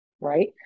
right